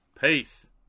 Peace